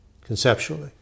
conceptually